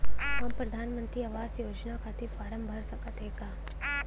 हम प्रधान मंत्री आवास योजना के खातिर फारम भर सकत हयी का?